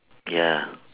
ya